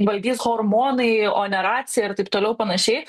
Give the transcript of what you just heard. valdys hormonai o ne racija ir taip toliau panašiai